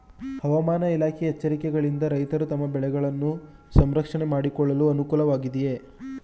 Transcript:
ಹವಾಮಾನ ಇಲಾಖೆಯ ಎಚ್ಚರಿಕೆಗಳಿಂದ ರೈತರು ತಮ್ಮ ಬೆಳೆಗಳನ್ನು ಸಂರಕ್ಷಣೆ ಮಾಡಿಕೊಳ್ಳಲು ಅನುಕೂಲ ವಾಗಿದೆಯೇ?